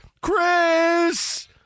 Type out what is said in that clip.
Chris